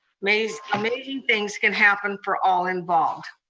amazing amazing things can happen for all involved.